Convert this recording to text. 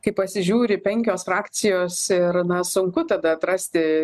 kai pasižiūri penkios frakcijos ir na sunku tada atrasti